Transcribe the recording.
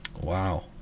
Wow